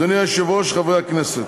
אדוני היושב-ראש, חברי הכנסת,